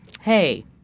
Hey